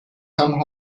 come